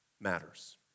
matters